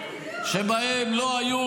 שבהם לא היו,